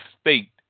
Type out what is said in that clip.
state